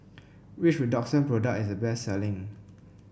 which Redoxon product is the best selling